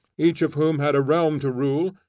each of whom had a realm to rule,